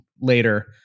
later